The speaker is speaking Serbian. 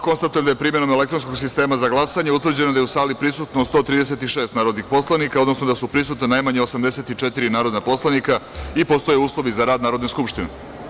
Konstatujem da je, primenom elektronskog sistema za glasanje, utvrđeno da je u sali prisutno 136 narodnih poslanika, odnosno da su prisutna najmanje 84 narodna poslanika i postoje uslovi za rad Narodne skupštine.